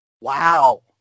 wow